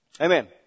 Amen